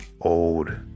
old